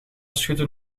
schudde